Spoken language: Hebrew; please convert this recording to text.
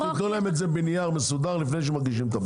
אתם תיתנו להם את זה בנייר מסודר לפני שהם מגישים את הבקשה.